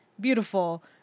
beautiful